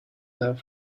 that